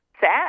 sad